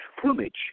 plumage